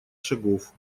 шагов